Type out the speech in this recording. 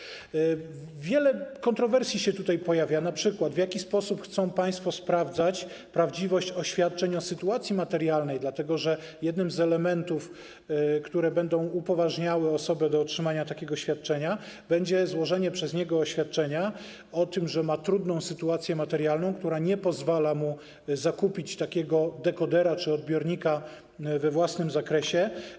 Pojawia się wiele kontrowersji, np. w jaki sposób chcą państwo sprawdzać prawdziwość oświadczeń dotyczących sytuacji materialnej, dlatego że jednym z elementów, które będą upoważniały osobę do otrzymania takiego świadczenia, będzie złożenie przez nią oświadczenia o tym, że ma trudną sytuację materialną, która nie pozwala jej zakupić takiego dekodera czy odbiornika we własnym zakresie.